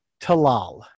talal